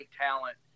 talent